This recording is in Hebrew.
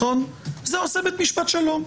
זה עושה בית משפט שלום.